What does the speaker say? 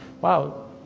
wow